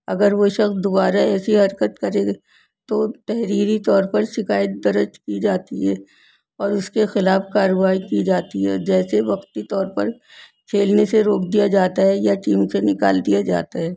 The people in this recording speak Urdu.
اگر وہ شخص دوبارہ ایسی حرکت کرے تو تحریری طور پر شکایت درج کی جاتی ہے اور اس کے خلاف کارروائی کی جاتی ہے جیسے وقتی طور پر کھیلنے سے روک دیا جاتا ہے یا ٹیم سے نکال دیا جاتا ہے